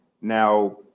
Now